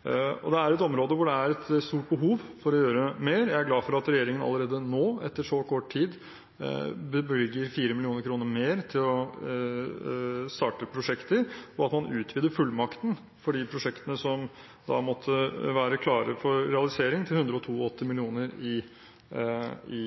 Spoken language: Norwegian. er et område hvor det er et stort behov for å gjøre mer. Jeg er glad for at regjeringen allerede nå – etter så kort tid – bevilger 4 mill. kr mer til å starte prosjekter, og at man utvider fullmakten for de prosjektene som måtte være klare for realisering, til 182 mill. kr i